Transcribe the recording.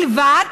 ובלבד,